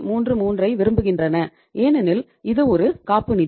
33 ஐ விரும்புகின்றன ஏனெனில் இது ஒரு காப்பு நிதி